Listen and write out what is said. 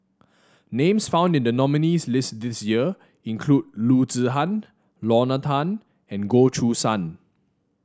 names found in the nominees' list this year include Loo Zihan Lorna Tan and Goh Choo San